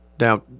Now